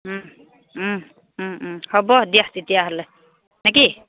হ'ব দিয়া তেতিয়াহ'লে নে কি